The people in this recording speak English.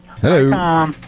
Hello